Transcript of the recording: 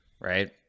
right